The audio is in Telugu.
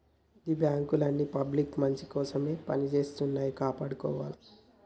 గీ బాంకులన్నీ పబ్లిక్ మంచికోసమే పనిజేత్తన్నయ్, కాపాడుకోవాల